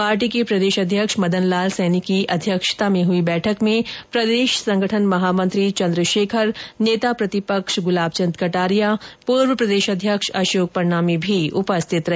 party के प्रदेश अध्यक्ष मदनलाल सैनी की अध्यक्षता में हुई बैठक में प्रदेश संगठन महामंत्री चन्द्रशेखर नेता प्रतिपक्ष गुलाबचन्द कटारिया पूर्व प्रदेशाध्यक्ष अशोक परनामी भी उपस्थित रहे